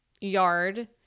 yard